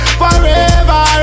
forever